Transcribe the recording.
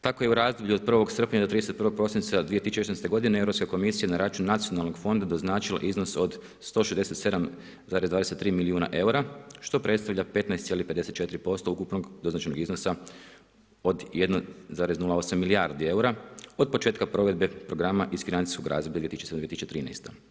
Tako je u razdoblju od 1. srpnja do 31. prosinca 2016. godine Europska komisija na račun Nacionalnog fonda doznačila iznos od 167,23 milijuna eura što predstavlja 15,54% ukupnog doznačenog iznosa od 1,08 milijardi eura od početka provedbe programa iz financijskog razdoblja 2007.-2013.